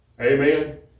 Amen